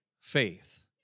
faith